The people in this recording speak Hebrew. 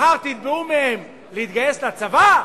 מחר תתבעו מהם להתגייס לצבא,